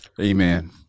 Amen